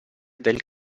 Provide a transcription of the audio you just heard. del